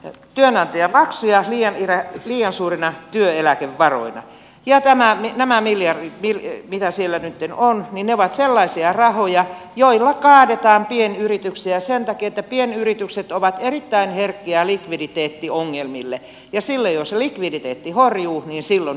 on jännää ja pk yrittäjiltä työnantajamaksuja liian suurina työeläkevaroina ja nämä miljardit mitä siellä nytten on ovat sellaisia rahoja joilla kaadetaan pienyrityksiä sen takia että pienyritykset ovat erittäin herkkiä likviditeettiongelmille ja silloin jos likviditeetti horjuu silloin yritys kaatuu